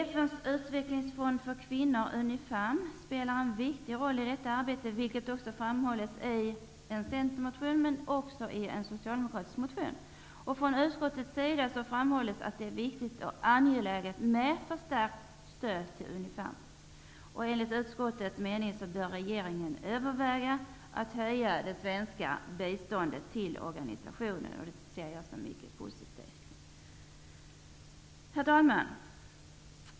FN:s utvecklingsfond för kvinnor, UNIFEM, spelar en viktig roll i detta arbete, vilket framhållits bl.a. i en centermotion och i en socialdemokratisk motion. Från utskottets sida framhålls att det är viktigt och angeläget med förstärkt stöd till UNIFEM. Enligt utskottets mening bör regeringen överväga att höja det svenska bidraget till organisationen. Detta ser jag som mycket positivt. Herr talman!